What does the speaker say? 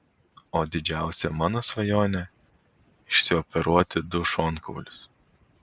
o didžiausia mano svajonė išsioperuoti du šonkaulius